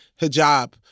hijab